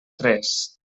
tres